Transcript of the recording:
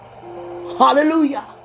Hallelujah